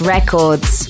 Records